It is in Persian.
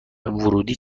ورودی